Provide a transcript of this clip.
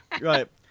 Right